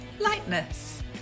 lightness